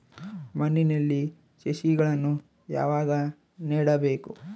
ಮಣ್ಣಿನಲ್ಲಿ ಸಸಿಗಳನ್ನು ಯಾವಾಗ ನೆಡಬೇಕು?